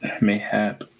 Mayhap